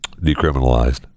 decriminalized